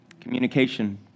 Communication